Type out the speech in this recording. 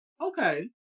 Okay